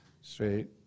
straight